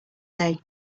day